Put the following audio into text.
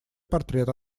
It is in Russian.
портрет